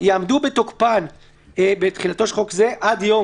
יעמדו בתוקפן בתחילתו של חוק זה עד יום